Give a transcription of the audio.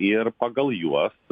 ir pagal juos